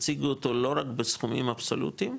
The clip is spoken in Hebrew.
תציגו אותו, לא רק בסכומים אבסולוטיים,